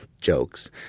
jokes